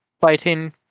fighting